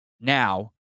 now